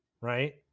right